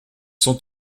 sont